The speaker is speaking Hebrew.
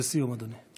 לסיום, אדוני.